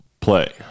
play